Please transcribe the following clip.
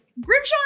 Grimshaw